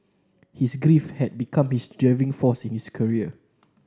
his grief had become his driving force in his career